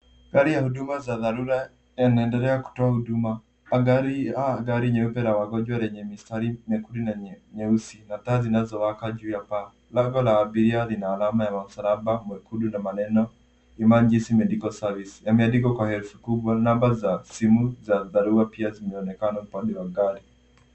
Gari ya huduma za dharura yanaendelea kutoa huduma kwa gari nyeupe la wagonjwa lenye mistari miekundu na mieusi na taa zinazo waka juu ya paa lango la abiria lina alama ya mslaba mwekundu na maneno emergency medical services yameandikwa kwa herufi kubwa namba za simu za dharura pia zinaonekana kwa hilo gari.